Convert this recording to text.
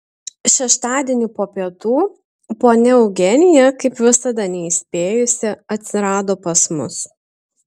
šeštadienį po pietų ponia eugenija kaip visada neįspėjusi atsirado pas mus